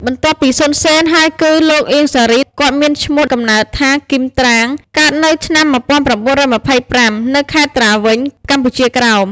បន្ទាប់ពី សុន សេន ហើយគឺលោក អៀង សារី គាត់មានឈ្មោះកំណើតថា គីម ត្រាង កើតនៅឆ្នាំ១៩២៥ នៅខេត្តត្រាវិញ កម្ពុជាក្រោម។